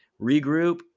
Regroup